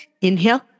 Inhale